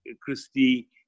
Christie